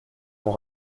m’en